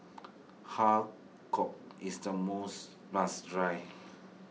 Har Kow is the most must try